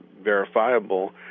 verifiable